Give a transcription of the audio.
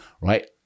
right